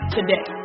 today